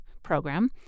program